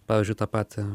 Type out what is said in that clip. pavyzdžiui tą patį